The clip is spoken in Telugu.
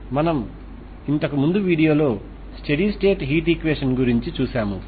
మనం ఇంతకు ముందు వీడియోలో స్టెడీ స్టేట్ హీట్ ఈక్వేషన్ గురించి చూశాము